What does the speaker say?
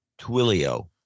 Twilio